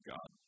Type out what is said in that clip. God